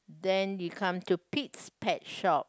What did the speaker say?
then it comes to Pete's pet shop